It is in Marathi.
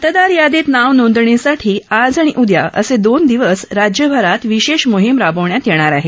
मतदार यादीत नाव नोंदणीसाठी आज आणि उद्या असे दोन दिवस राज्यभरात विशेष मोहीम राबवण्यात येणार आहे